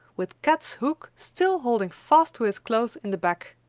with kat's hook still holding fast to his clothes in the back!